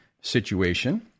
situation